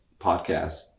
podcast